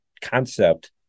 concept